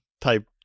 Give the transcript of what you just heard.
type